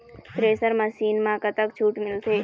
Thresher machine म कतक छूट मिलथे?